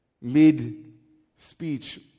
Mid-speech